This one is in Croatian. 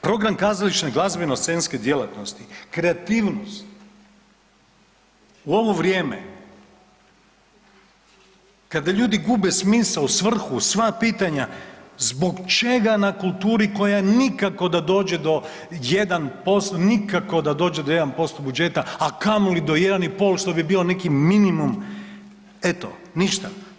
Program kazališne glazbeno scenske djelatnosti, kreativnost u ovo vrijeme kada ljudi gube smisao, svrhu, sva pitanja zbog čega na kulturi koja nikako da dođe do 1%, nikako da dođe do 1% budžeta a kamoli do 1,5 što bi bio nekakav minimum, eto ništa.